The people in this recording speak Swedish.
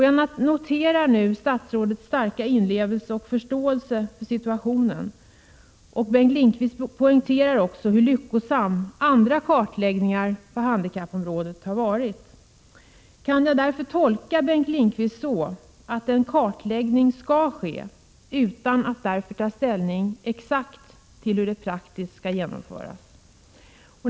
Jag noterar statsrådets starka inlevelse och förståelse för situationen. Bengt Lindqvist poängterar också hur lyckosamma andra kartläggningar på handikappområdet har varit. Kan jag därför tolka Bengt Lindqvists uttalande så att en kartläggning skall ske, utan att han därför tar ställning till exakt hur den praktiskt skall genomföras?